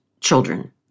children